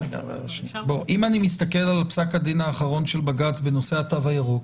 אם אני מסתכל על פסק הדין האחרון של בג"ץ בנושא התו הירוק